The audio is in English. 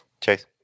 Chase